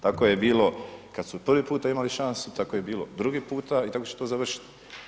Tako je bilo kad su prvi puta imali šansu, tako je bilo drugi puta i tako će to završiti.